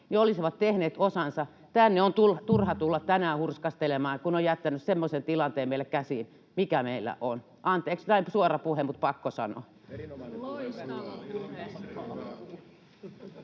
olisivat tehneet osansa. Tänne on turha tulla tänään hurskastelemaan, kun on jättänyt meille käsiin semmoisen tilanteen, mikä meillä on — anteeksi vähän suora puhe, mutta pakko sanoa.